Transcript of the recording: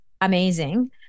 amazing